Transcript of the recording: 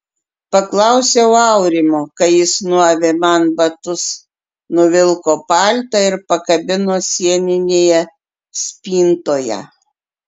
paklausiau aurimo kai jis nuavė man batus nuvilko paltą ir pakabino sieninėje spintoje